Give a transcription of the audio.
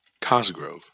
Cosgrove